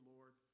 Lord